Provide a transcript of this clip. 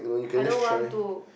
I don't want to